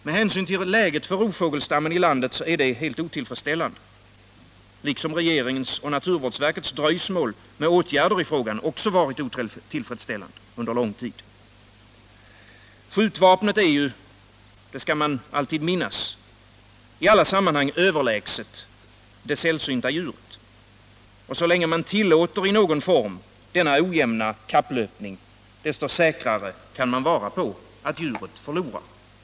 Med hänsyn till läget för rovfågelsstammen i landet är det helt otillfredsställande, liksom regeringens och naturvårdsverkets dröjsmål med åtgärder i frågan också varit otillfredsställande under lång tid. Skjutvapnet är ju — det skall man alltid minnas — i alla sammanhang överlägset det sällsynta djuret. Så länge man tillåter denna ojämna kapplöpning i någon form kan man vara säker på att djuret förlorar.